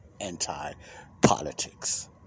anti-politics